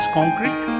concrete